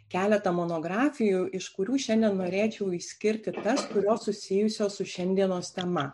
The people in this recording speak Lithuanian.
keletą monografijų iš kurių šiandien norėčiau išskirti tas kurios susijusios su šiandienos tema